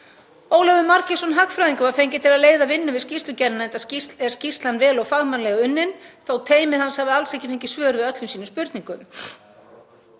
Ólafur Margeirsson hagfræðingur var fenginn til að leiða vinnu við skýrslugerðina og er skýrslan vel og fagmannlega unnin þótt teymi hans hafi alls ekki fengið svör við öllum sínum spurningum.